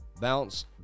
bounce